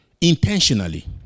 intentionally